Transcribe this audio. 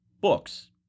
books